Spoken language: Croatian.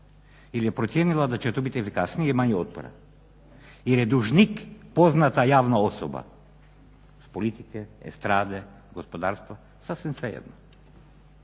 je to procijenila da će to biti efikasnije i manje otpora jel je dužnik poznata javna osoba iz politike, estrade, gospodarstva, sasvim svejedno.